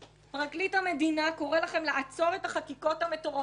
פרקליט המדינה קורא לכם לעצור את החקיקות המטורפות האלה,